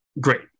Great